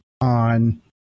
on